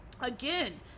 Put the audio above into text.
again